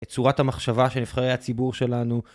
את צורת המחשבה של נבחרי הציבור שלנו.